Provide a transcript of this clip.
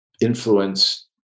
influence